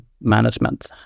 management